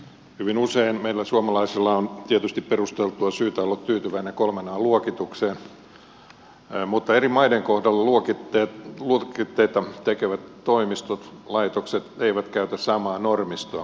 hyvin usein meillä suomalaisilla on tietysti perusteltua syytä olla tyytyväisiä kolmen an luokitukseen mutta eri maiden kohdalla luokitteita tekevät toimistot laitokset eivät käytä samaa normistoa